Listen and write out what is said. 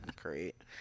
Great